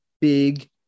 big